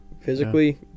physically